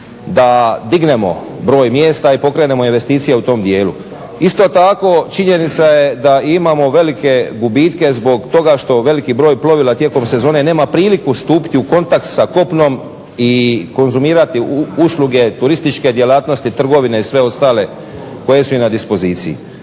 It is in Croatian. da dignemo broj mjesta i pokrenemo investicije u tom dijelu. Isto tako činjenica je da imamo velike gubitka zbog toga što veliki broj plovila tijekom sezone nema priliku stupiti u kontakt sa kopnom i konzumirati usluge turističke djelatnosti, trgovine i sve ostale koje su im na dispoziciji.